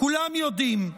כולם יודעים.